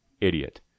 idiot